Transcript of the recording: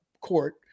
court